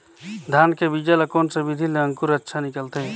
धान के बीजा ला कोन सा विधि ले अंकुर अच्छा निकलथे?